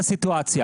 הסיטואציה.